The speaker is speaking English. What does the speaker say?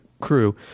crew